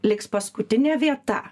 liks paskutinė vieta